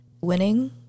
winning